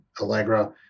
Allegra